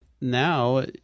Now